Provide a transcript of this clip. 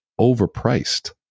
overpriced